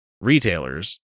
retailers